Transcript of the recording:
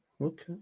okay